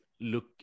look